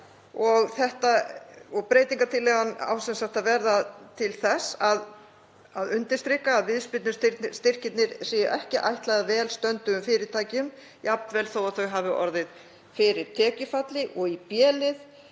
Breytingartillagan á að verða til þess að undirstrika að viðspyrnustyrkirnir séu ekki ætlaðir vel stöndugum fyrirtækjum, jafnvel þó að þau hafi orðið fyrir tekjufalli. Í b-lið